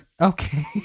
Okay